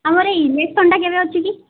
ଆମର ଏ ଇଲେକ୍ସନଟା କେବେ ଅଛି କି